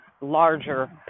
larger